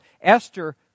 Esther